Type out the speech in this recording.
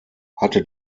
hatte